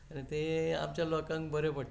आमच्या लोकांक बऱ्याक पडटा